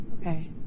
okay